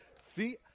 see